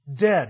Dead